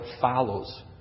follows